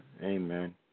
amen